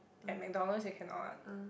at McDonalds you cannot